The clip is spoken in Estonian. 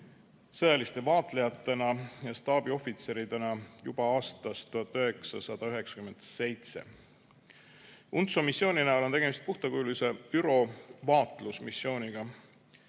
sõjaliste vaatlejatena ja staabiohvitseridena juba aastast 1997. UNTSO missiooni näol on tegemist puhtakujulise ÜRO vaatlusmissiooniga.